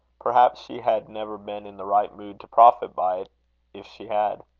perhaps she had never been in the right mood to profit by it if she had.